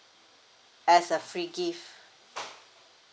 as a free gift